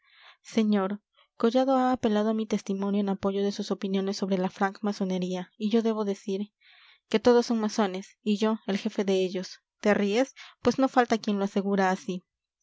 señor collado ha apelado a mi testimonio en apoyo de sus opiniones sobre la franc masonería y yo debo decir que todos son masones y yo el jefe de ellos te ríes pues no falta quien lo asegura así